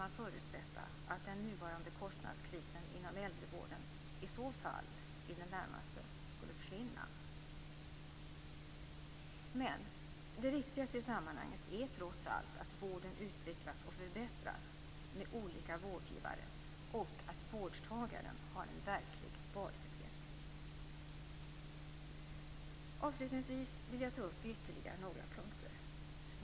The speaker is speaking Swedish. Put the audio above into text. Men det viktigaste i sammanhanget är trots allt att vården utvecklas och förbättras med olika vårdgivare och att vårdtagaren har en verklig valfrihet. Avslutningsvis vill jag ta upp ytterligare två punkter.